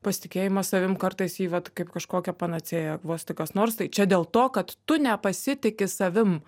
pasitikėjimas savim kartais jį vat kaip kažkokią panacėją vos tik kas nors tai čia dėl to kad tu nepasitiki savim